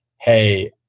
hey